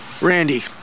Randy